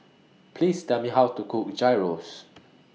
Please Tell Me How to Cook Gyros